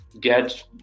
get